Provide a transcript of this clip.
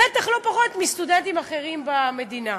בטח לא פחות מלסטודנטים אחרים במדינה.